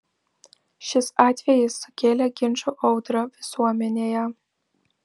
šis atvejis sukėlė ginčų audrą visuomenėje